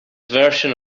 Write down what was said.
version